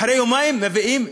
אחרי יומיים מביאים